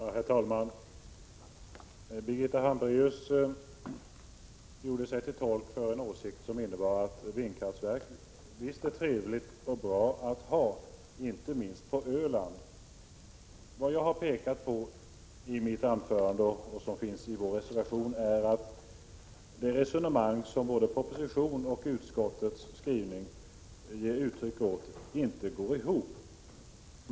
Herr talman! Birgitta Hambraeus gjorde sig till tolk för en åsikt som innebär att vindkraftverk visst är någonting trevligt och någonting som vi bör ha inte minst på Öland. Jag har pekat på i mitt anförande att — det betonas också i vår reservation — det resonemang som både oppositionen och utskottsskrivningen ger uttryck åt inte går ihop.